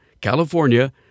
California